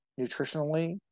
nutritionally